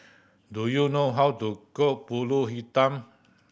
do you know how to cook Pulut Hitam